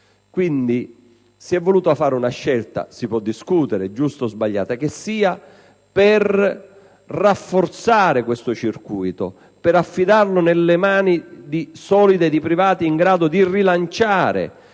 Quindi, si è voluta fare una scelta - si può discutere se sia giusta o sbagliata - per rafforzare questo circuito, per affidarlo nelle mani solide di privati in grado di rilanciare